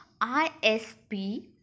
ISP